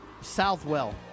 Southwell